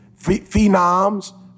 phenoms